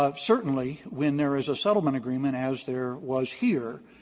ah certainly when there is a settlement agreement, as there was here,